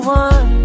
one